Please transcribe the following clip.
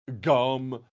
Gum